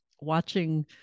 watching